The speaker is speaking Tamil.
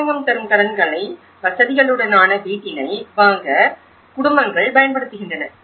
அரசாங்கம் தரும் கடன்களை வசதிகளுடனான வீட்டினை வாங்க குடும்பங்கள் பயன்படுத்துகின்றன